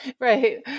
Right